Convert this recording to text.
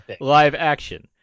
live-action